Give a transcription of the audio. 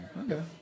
Okay